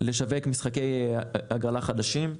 לשווק משחקי הגרלה חדשים.